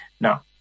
now